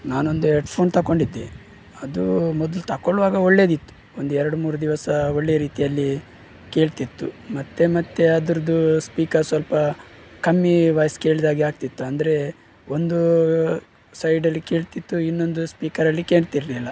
ನಾನೊಂದು ಹೆಡ್ಫೋನ್ ತಗೊಂಡಿದ್ದೆ ಅದು ಮೊದ್ಲು ತಗೊಳ್ಳುವಾಗ ಒಳ್ಳೆದಿತ್ತು ಒಂದು ಎರಡು ಮೂರು ದಿವಸ ಒಳ್ಳೆ ರೀತಿಯಲ್ಲಿ ಕೇಳ್ತಿತ್ತು ಮತ್ತೆ ಮತ್ತೆ ಅದ್ರದ್ದು ಸ್ಪೀಕರ್ ಸ್ವಲ್ಪ ಕಮ್ಮಿ ವಾಯ್ಸ್ ಕೇಳಿದಾಗೆ ಆಗ್ತಿತ್ತು ಅಂದರೆ ಒಂದು ಸೈಡಲ್ಲಿ ಕೇಳ್ತಿತ್ತು ಇನ್ನೊಂದು ಸ್ಪೀಕರಲ್ಲಿ ಕೇಳ್ತಿರ್ಲಿಲ್ಲ